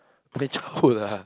my childhood ah